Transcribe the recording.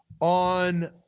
on